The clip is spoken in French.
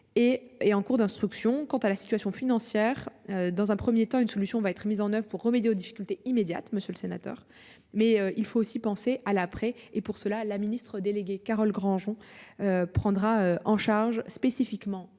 est en cours d'instruction. Quant à la situation financière. Dans un premier temps une solution va être mis en oeuvre pour remédier aux difficultés immédiates. Monsieur le sénateur, mais il faut aussi penser à l'après et pour cela, la ministre déléguée Carole Granjean. Prendra en charge spécifiquement